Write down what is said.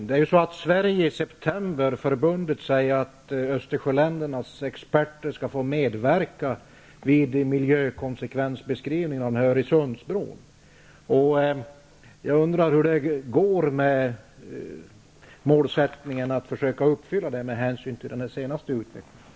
Herr talman! I september förband sig Sverige till att Östersjöländernas experter skulle få medverka vid miljökonsekvensbeskrivningen när det gäller Öresundsbron. Jag undrar hur det går att uppfylla det målet med tanke påden senaste utvecklingen.